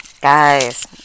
Guys